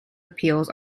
appeals